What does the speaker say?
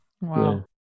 Wow